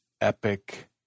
epic